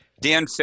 Dan